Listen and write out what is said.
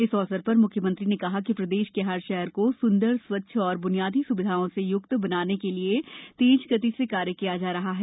इस अवसर पर मुख्यमंत्री ने कहा कि प्रदेश के हर शहर को सुंदर स्वच्छ और बुनियादी स्विधाओं से य्क्त बनाने के लिए तेज गति से कार्य किया जा रहा है